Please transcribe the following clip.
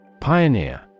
Pioneer